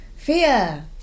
fear